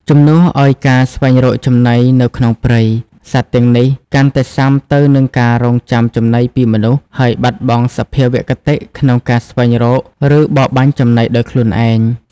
ជំនួសឱ្យការស្វែងរកចំណីនៅក្នុងព្រៃ សត្វទាំងនេះកាន់តែស៊ាំទៅនឹងការរង់ចាំចំណីពីមនុស្ស ហើយបាត់បង់សភាវគតិក្នុងការស្វែងរក ឬបរបាញ់ចំណីដោយខ្លួនឯង។